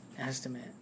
estimate